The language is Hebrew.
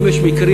אם יש מקרים,